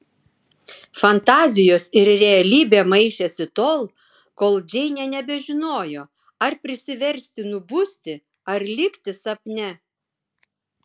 fantazijos ir realybė maišėsi tol kol džeinė nebežinojo ar prisiversti nubusti ar likti sapne